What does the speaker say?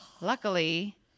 Luckily